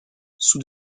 sous